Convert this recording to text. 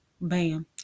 Bam